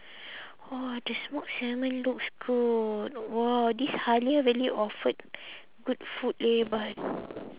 !wah! the smoked salmon looks good !wah! this Halia really offered good food leh but